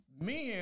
men